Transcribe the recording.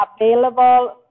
available